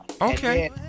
Okay